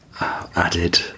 added